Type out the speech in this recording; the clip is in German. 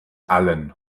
allen